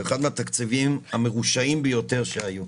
אחד מהתקציבים המרושעים שהיו.